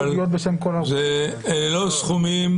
אלה לא סכומים